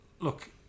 Look